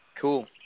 Cool